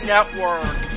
Network